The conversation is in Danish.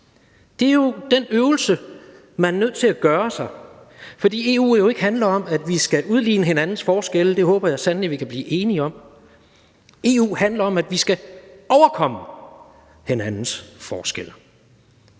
Det er jo den øvelse, som man er nødt til at udføre. For EU handler jo ikke om, at vi skal udligne hinandens forskelle; det håber jeg sandelig at vi kan blive enige om. EU handler om, at vi skal overkomme hinandens forskelle,